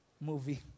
movie